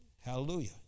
hallelujah